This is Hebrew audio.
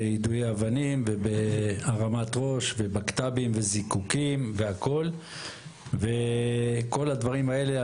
ביידויי אבנים ובהרמת ראש ובקת"בים וזיקוקים והכול וכל הדברים האלה,